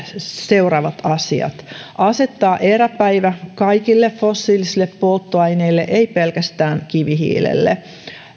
seuraavat asiat pitää asettaa eräpäivä kaikille fossiilisille polttoaineille ei pelkästään kivihiilelle